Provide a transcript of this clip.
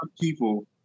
people